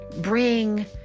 bring